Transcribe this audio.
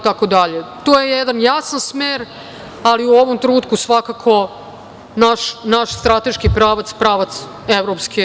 To je jedan jasan smer, ali u ovom trenutku svakako naš strateški pravac je pravac EU.